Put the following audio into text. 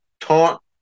taught